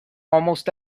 almost